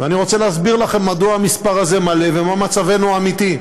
ואני רוצה להסביר לכם מדוע המספר הזה מלא ומה מצבנו האמיתי.